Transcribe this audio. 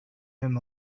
him